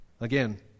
Again